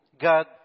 God